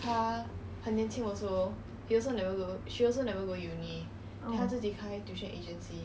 oh